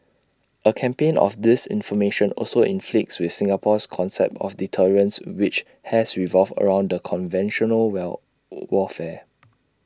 A campaign of disinformation also conflicts with Singapore's concept of deterrence which has revolved around conventional where warfare